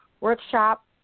workshop